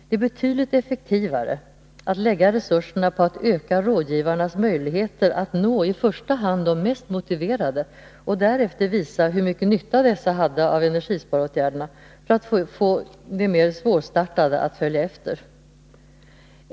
Det är betydligt effektivare att lägga resurserna på att öka rådgivarnas möjligheter att nå i första hand de mest motiverade och därefter visa hur mycket nytta dessa hade av energisparåtgärderna för att få de mer svårstartade att följa efter.